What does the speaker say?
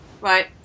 Right